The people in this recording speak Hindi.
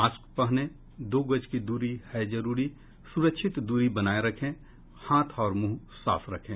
मास्क पहने दो गज की दूरी है जरूरी सुरक्षित दूरी बनाए रखें हाथ और मुंह साफ रखें